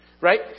right